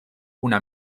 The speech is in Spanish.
una